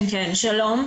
שלום.